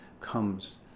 comes